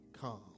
calm